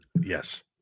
yes